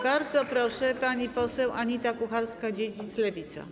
Bardzo proszę, pani poseł Anita Kucharska-Dziedzic, Lewica.